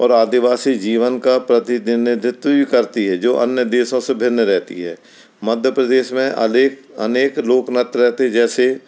और आदिवासी जीवन का प्रतिनिधित्व भी करती है जो अन्य देशों से भिन्न रहती है मध्य प्रदेश में अनेक अनेक लोक नृत्य रहते हैं जैसे